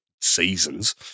seasons